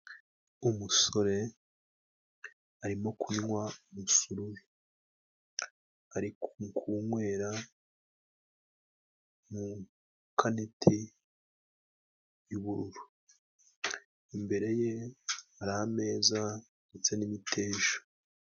umusore arimo kunywa umusururu. Ari kuwunywera mu kaneti y'ubururu. Imbere ye hari ameza ndetse n'imiteja.